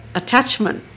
attachment